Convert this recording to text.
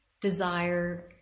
desire